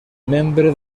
membre